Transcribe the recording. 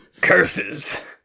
Curses